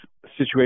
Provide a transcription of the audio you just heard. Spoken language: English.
situation